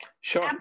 Sure